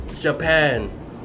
Japan